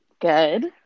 Good